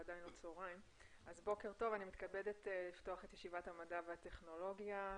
אני מתכבדת לפתוח את ישיבת המדע והטכנולוגיה.